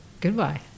Goodbye